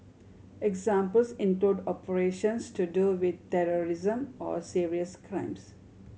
examples include operations to do with terrorism or serious crimes